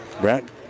Brad